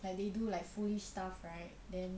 like they do like foolish stuff right then